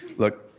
look,